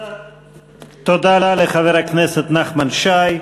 תודה לחבר הכנסת נחמן שי.